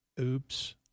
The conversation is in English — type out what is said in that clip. oops